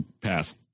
Pass